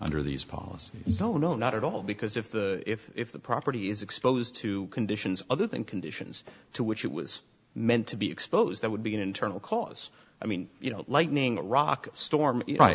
under these policies no no not at all because if the if the property is exposed to conditions other than conditions to which it was meant to be exposed that would be an internal cause i mean you know lightning a rock storm